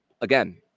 again